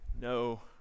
no